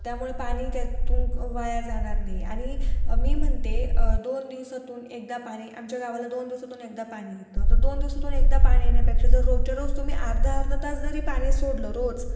त्यामुळे पाणी त्यातून वाया जाणार नाही आणि मी म्हणते दोन दिवसातून एकदा पाणी आमच्या गावाला दोन दिवसातून एकदा पाणी येतं तर दोन दिवसातून एकदा पाणी येण्यापेक्षा जर रोजच्या रोज तुम्ही अर्धा अर्धा तास जरी पाणी सोडलं रोज